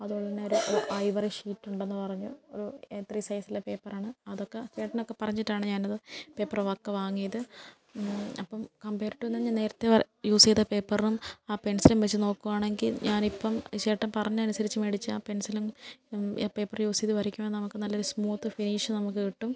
അത്പോലെ തന്നെ ഒരു ഒരു ഐവറി ഷീറ്റ് ഉണ്ടെന്ന് പറഞ്ഞു ഒരു എ ത്രി സൈസിലെ പേപ്പറാണ് അതൊക്കെ ചേട്ടനൊക്കെ പറഞ്ഞിട്ടാണ് ഞാനത് പേപ്പറ് വക്ക് വാങ്ങിയത് അപ്പം കംപേർഡ് ടു എന്ന് പറഞ്ഞ ഞാൻ നേരത്തെ വ യൂസ് ചെയ്ത പേപ്പറും ആ പെൻസിലും വെച്ച് നോക്കുവാണെങ്കിൽ ഞാനിപ്പം ചേട്ടൻ പറഞ്ഞത് അനുസരിച്ച് മേടിച്ച ആ പെൻസിലും അ പേപ്പറ് യൂസ് ചെയ്ത് വരയ്ക്കുമ്പം നമുക്ക് നല്ലൊര് സ്മൂത്ത് ഫിനിഷ് നമുക്ക് കിട്ടും